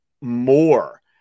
more